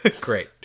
Great